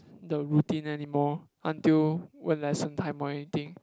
the routine anymore until when lesson time or anything